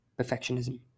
perfectionism